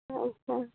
ᱟᱪᱪᱷᱟ